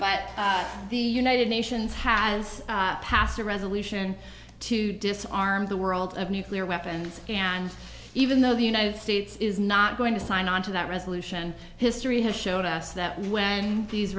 but the united nations has passed a resolution to disarm the world of nuclear weapons and even though the united states is not going to sign on to that resolution history has shown us that when these